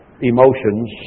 emotions